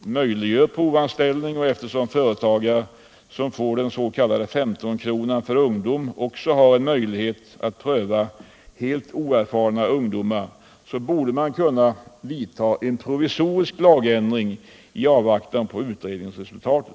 möjliggör provanställning och eftersom företagare som får den s.k. 15-kronan för ungdom också har möjlighet att pröva helt oerfarna ungdomar, borde man kunna företa en provisorisk lagändring i avvaktan på utredningsresultatet.